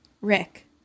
Rick